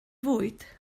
fwyd